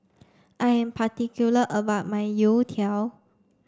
I am particular about my Youtiao